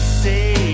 say